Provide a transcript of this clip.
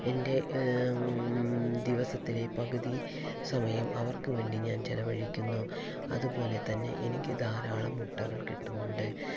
എൻ്റെ ദിവസത്തിലെ പകുതി സമയം അവർക്ക് വേണ്ടി ഞാൻ ചെലവഴിക്കുന്നു അതുപോലെ തന്നെ എനിക്ക് ധാരാളം മുട്ടകൾ കിട്ടുന്നുണ്ട്